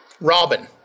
Robin